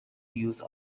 use